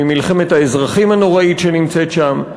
ממלחמת האזרחים הנוראית שנמצאת שם.